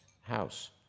house